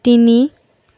তিনি